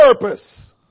purpose